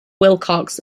wilcox